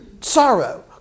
sorrow